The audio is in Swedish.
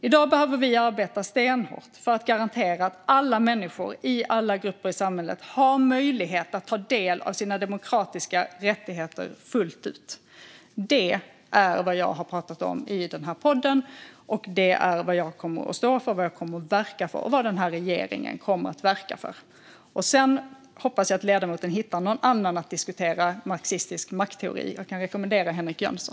I dag behöver vi arbeta stenhårt för att garantera att alla människor i alla grupper i samhället har möjlighet att ta del av sina demokratiska rättigheter fullt ut. Det är vad jag har pratat om i podden, och det är vad jag kommer att stå för och verka för och vad regeringen kommer att verka för. Sedan hoppas jag att ledamoten hittar någon annan att diskutera marxistisk maktteori med. Jag kan rekommendera Henrik Jönsson.